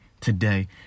today